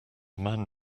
man